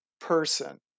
person